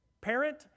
Parent